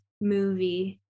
movie